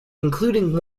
including